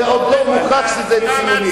זה עוד לא מוכח שזה ציוני.